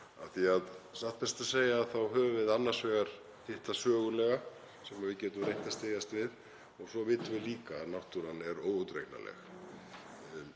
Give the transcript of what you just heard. því að satt best að segja höfum við annars vegar það sögulega sem við getum reynt að styðjast við og svo vitum við líka að náttúran er óútreiknanleg.